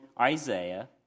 Isaiah